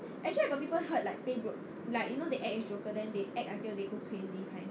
actually I got people heard like like you know they act as joker until they go crazy kind